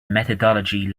methodology